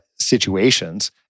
situations